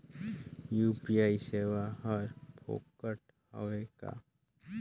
UPI सेवाएं हर फोकट हवय का?